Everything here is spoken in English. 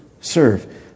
serve